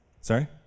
Sorry